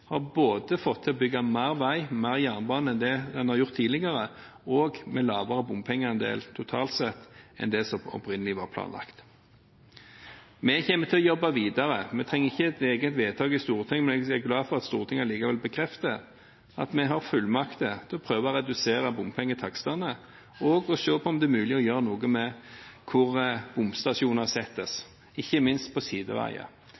til både å bygge mer vei og mer jernbane enn det en har gjort tidligere, og med lavere bompengeandel totalt sett enn det som opprinnelig var planlagt. Vi kommer til å jobbe videre. Vi trenger ikke et eget vedtak i Stortinget, men jeg er glad for at Stortinget likevel bekrefter at vi har fullmakter til å prøve å redusere bompengetakstene og se på om det er mulig å gjøre noe med hvor bomstasjoner settes, ikke minst på sideveier.